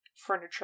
furniture